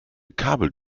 kabel